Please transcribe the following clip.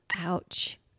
Ouch